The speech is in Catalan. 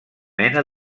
mena